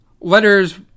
Letters